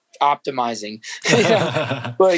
optimizing